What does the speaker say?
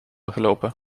gelopen